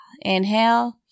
Inhale